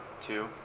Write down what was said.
two